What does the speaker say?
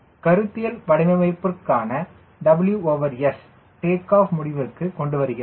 கருத்தியல் வடிவமைப்பிற்கான WS take off முடிவிற்கு கொண்டுவருகிறது